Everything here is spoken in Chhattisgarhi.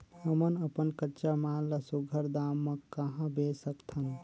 हमन अपन कच्चा माल ल सुघ्घर दाम म कहा बेच सकथन?